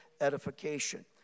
edification